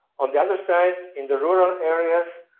on the other side, in the rural areas,